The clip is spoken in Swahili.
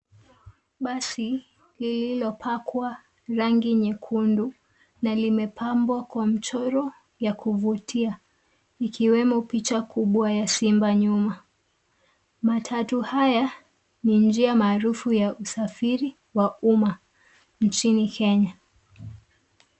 Basi liliopakwa rangi nyekundu, na limepambwa kwa mchoro ya kuvutia ikiwemo picha kubwa ya simba nyuma. Matatu haya ni njia maarufu ya usafiri wa umma nchini Kenya.